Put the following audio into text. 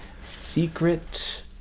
Secret